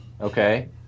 okay